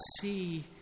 see